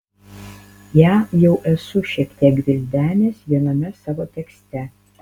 ją jau esu šiek tiek gvildenęs viename savo tekste